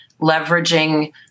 leveraging